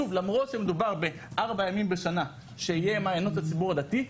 למרות שמדובר בארבעה ימים בשנה שיהיה מעניינות לציבור הדתי,